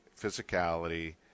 physicality